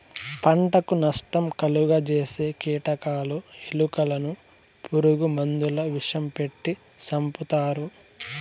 పంటకు నష్టం కలుగ జేసే కీటకాలు, ఎలుకలను పురుగు మందుల విషం పెట్టి సంపుతారు